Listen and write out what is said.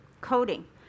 coding